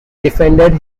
defended